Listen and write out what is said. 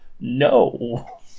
No